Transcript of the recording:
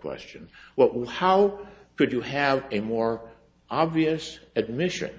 question what with how could you have a more obvious admission